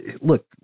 Look